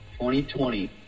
2020